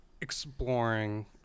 exploring